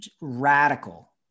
radical